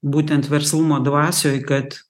būtent verslumo dvasioj kad